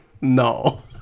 No